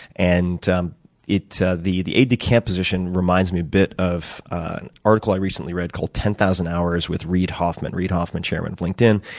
and um ah the the aide-de-camp position reminds me a bit of an article i recently read called ten thousand hours with reid hoffman, reid hoffman, chairman of linkedin.